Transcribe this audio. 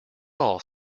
all